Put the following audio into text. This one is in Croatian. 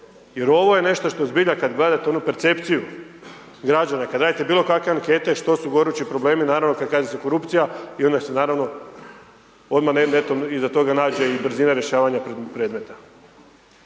onu percepciju građana, kada gledate onu percepciju građana, kada gledate bilo kakve ankete što su gorući problemi, naravno kada kaže se korupcija i onda se naravno odmah netom iza toga nađe i brzina rješavanja predmeta.